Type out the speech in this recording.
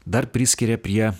dar priskiria prie